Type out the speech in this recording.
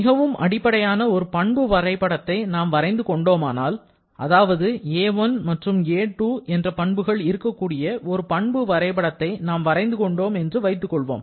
மிகவும் அடிப்படையான ஒரு பண்பு வரைபடத்தை நாம் வரைந்து கொண்டோமானால் அதாவது a1 மற்றும் a2 என்று பண்புகள் இருக்கக்கூடிய ஒரு பண்பு வரைபடத்தை நாம் வரைந்து கொண்டோம் என்று வைத்துக் கொள்வோம்